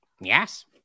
yes